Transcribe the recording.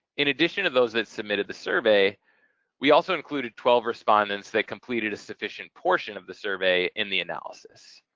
in addition to those that submitted the survey we also included twelve respondents that completed a sufficient portion of the survey in the analysis.